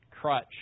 crutch